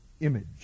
image